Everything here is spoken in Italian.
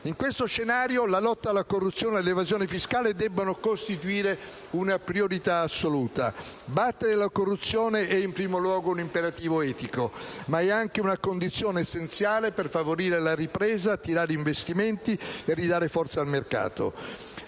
In questo scenario la lotta alla corruzione e all'evasione fiscale debbono costituire una priorità nazionale assoluta. Battere la corruzione è in primo luogo un imperativo etico, ma è anche una condizione essenziale per favorire la ripresa, attirare investimenti, ridare forza al mercato.